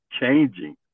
changing